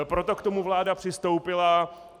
Proto k tomu vláda přistoupila.